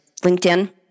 LinkedIn